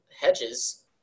Hedges